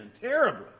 terribly